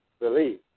Believe